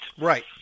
Right